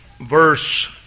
verse